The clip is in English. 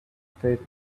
faith